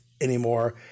anymore